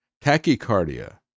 tachycardia